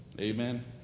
Amen